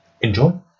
enjoy